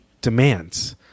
demands